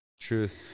Truth